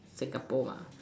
Singapore ah